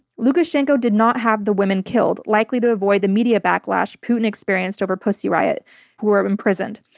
lukashenko did not have the women killed, likely, to avoid the media backlash putin experienced over pussy riot who are imprisoned.